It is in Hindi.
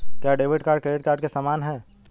क्या डेबिट कार्ड क्रेडिट कार्ड के समान है?